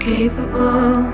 Capable